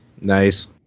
Nice